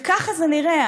וככה זה נראה.